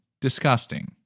disgusting